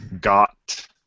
got